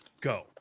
Go